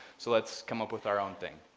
so let's come up with our own thing.